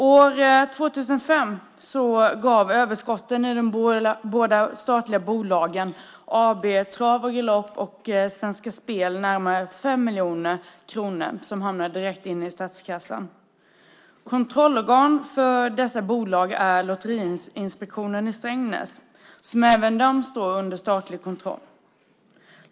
År 2005 gav överskotten i de båda statliga bolagen AB Trav & Galopp och Svenska Spel närmare 5 miljarder kronor direkt till statskassan. Kontrollorgan för dessa bolag är Lotteriinspektionen i Strängnäs som även de står under statlig kontroll.